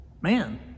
man